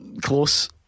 Close